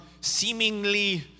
seemingly